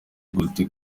gute